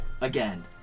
again